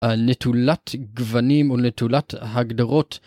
על נטולת גוונים ונטולת הגדרות.